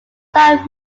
that